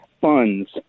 funds